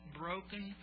broken